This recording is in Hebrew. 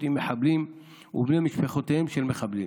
עם מחבלים ובני משפחותיהם של מחבלים,